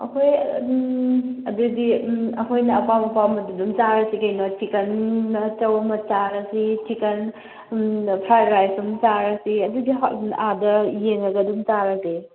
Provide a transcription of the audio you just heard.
ꯑꯩꯈꯣꯏ ꯎꯝ ꯑꯗꯨꯗꯤ ꯎꯝ ꯑꯩꯈꯣꯏꯅ ꯑꯄꯥꯝ ꯑꯄꯥꯝꯕ ꯑꯗꯨꯗꯣ ꯑꯗꯨꯝ ꯆꯥꯔꯁꯤ ꯀꯩꯅꯣ ꯆꯤꯛꯀꯟ ꯑꯃ ꯆꯧ ꯑꯃ ꯆꯥꯔꯁꯤ ꯆꯤꯛꯀꯟ ꯐ꯭ꯔꯥꯏꯠ ꯔꯥꯏꯁ ꯑꯃ ꯆꯥꯔꯁꯤ ꯑꯗꯨꯗꯤ ꯑꯥꯗ ꯑꯗꯨꯝ ꯌꯦꯡꯉꯒ ꯆꯥꯔꯁꯦ